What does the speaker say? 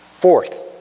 Fourth